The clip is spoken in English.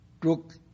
took